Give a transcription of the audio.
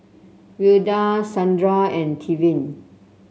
Wilda Sandra and Tevin